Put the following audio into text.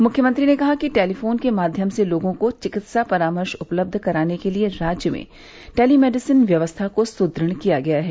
मुख्यमंत्री ने कहा कि टेलीफोन के माध्यम से लोगों को चिकित्सा परामर्श उपलब्ध कराने के लिए राज्य में टेलीमेडिसिन व्यवस्था को सुदृढ़ किया गया है